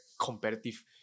competitive